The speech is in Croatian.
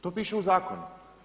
To piše u Zakonu.